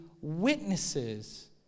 witnesses